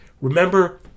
remember